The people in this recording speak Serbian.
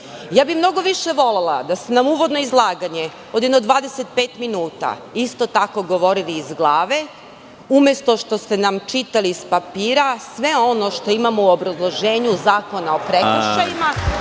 bih više volela da ste uvodno izlaganje od jedno 25 minuta isto tako govorili iz glave, umesto što ste nam čitali s papira sve ono što imamo u obrazloženju Zakona o prekršajima,